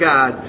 God